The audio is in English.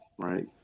Right